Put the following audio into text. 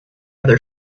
other